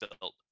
built